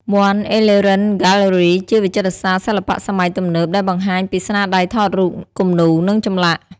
វ័ន អេទ្បេវិន ហ្គាទ្បឺរី ជាវិចិត្រសាលសិល្បៈសម័យទំនើបដែលបង្ហាញពីស្នាដៃថតរូប គំនូរ និងចម្លាក់។